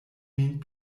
min